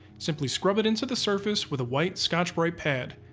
simply scrub it into the surface with a white scotch-brite pad.